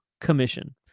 commission